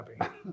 happy